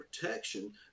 protection